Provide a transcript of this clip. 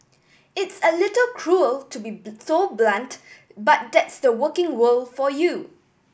it's a little cruel to be so blunt but that's the working world for you